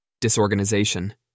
disorganization